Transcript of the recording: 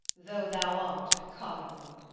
though thou art a cardinal.